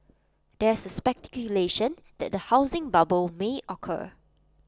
there is speculation that A housing bubble may occur